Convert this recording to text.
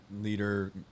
leader